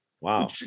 Wow